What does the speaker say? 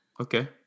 Okay